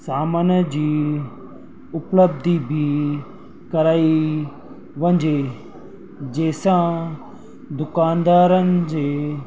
सामान जी उपलब्धि बि कराई वञिजे जंहिं सां दुकानदारनि जे